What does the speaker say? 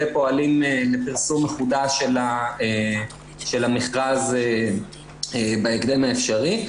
ופועלים לפרסום מחודש של המכרז בהקדם האפשרי.